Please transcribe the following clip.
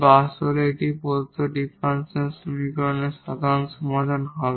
বা আসলে এটি প্রদত্ত ডিফারেনশিয়াল সমীকরণের সাধারণ সমাধান হবে